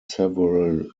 several